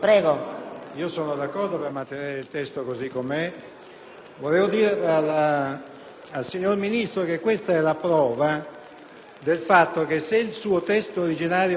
vorrei dire che questa è la prova del fatto che, se il suo testo originario fosse rimasto tale, lo spettacolo